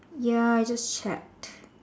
ya I just check